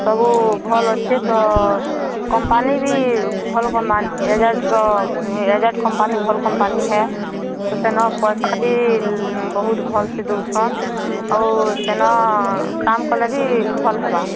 ସବୁ ଭଲ୍ ଅଛେ ତ କମ୍ପାନୀ ବି ଭଲ୍ ଏଜାର୍ଟର ଏଜାର୍ଟ କମ୍ପାନୀ ଭଲ୍ କମ୍ପାନୀ ହେ ତ ସେନ ପଇସା ବି ବହୁତ୍ ଭଲ୍ସେ ଦେଉଛନ୍ ଆଉ ସେନ କାମ୍ କଲେ ବି ଭଲ୍ ହେବା